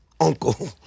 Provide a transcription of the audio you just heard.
Uncle